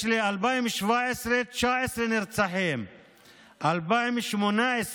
יש לי 2017, 19 נרצחים, 2018,